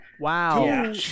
Wow